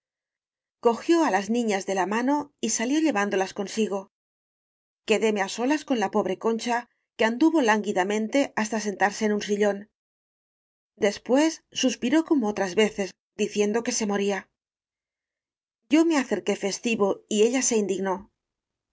cogió á las niñas de la mano y salió lle vándolas consigo quedeme á solas con la pobre concha que anduvo lánguidamente hasta sentarse en un sillón después suspiró como otras veces diciendo que se moría yo me acerqué festivo y ella se indignó